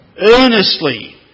earnestly